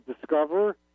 discover